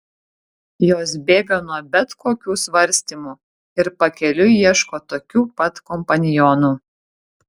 jos bėga nuo bet kokių svarstymų ir pakeliui ieško tokių pat kompanionų